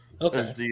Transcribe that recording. okay